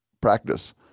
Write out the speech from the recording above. practice